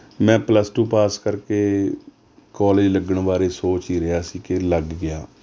ਮੈਂ plus two pass ਕਰਕੇ college ਲੱਗਣ ਬਾਰੇ ਸੋਚ ਹੀ ਰਿਹਾ ਸੀ ਕਿ ਲੱਗ ਗਿਆ